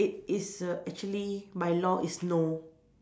it is a actually my law is no